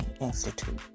Institute